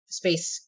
space